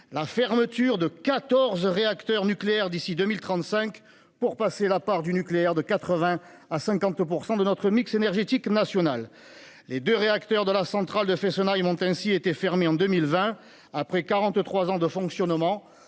la fermeture de quatorze réacteurs nucléaires d'ici à 2035, pour passer la part du nucléaire de 80 % à 50 % dans notre mix énergétique national. Les deux réacteurs de la centrale de Fessenheim ont ainsi été fermés en 2020 après quarante-trois ans de fonctionnement,